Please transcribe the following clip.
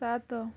ସାତ